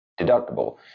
deductible